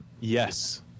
Yes